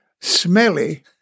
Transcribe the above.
smelly